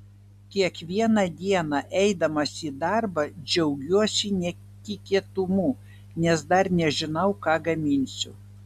kiekvieną dieną eidamas į darbą džiaugiuosi netikėtumu nes dar nežinau ką gaminsiu